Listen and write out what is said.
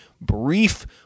brief